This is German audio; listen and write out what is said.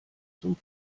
zum